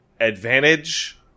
advantage